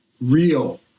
real